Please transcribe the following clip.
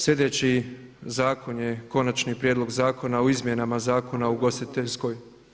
Sljedeći zakon je: Konačni prijedlog Zakona o izmjenama Zakona o ugostiteljskoj.